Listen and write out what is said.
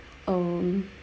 um